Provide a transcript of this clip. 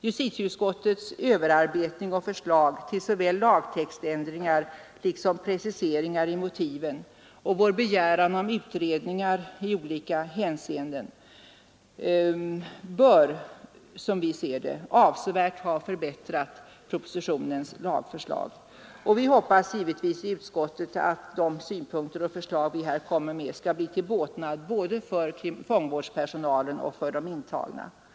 Justitieutskottets överarbetning och förslag till såväl lagtextändringar som preciseringar i motiven och vår begäran om utredningar i olika hänseenden bör, som vi ser det, avsevärt ha förbättrat propositionens lagförslag. Vi hoppas givetvis att de synpunkter och förslag som vi kommer med skall bli till båtnad både för fångvårdspersonalen och för de intagna. Herr talman!